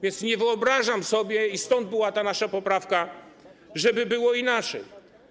Więc nie wyobrażam sobie, i stąd była nasza poprawka, żeby było inaczej.